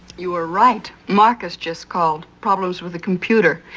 you were right. marcus just called. problems with a computer.